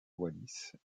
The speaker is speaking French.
wallis